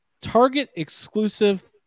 Target-exclusive